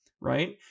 right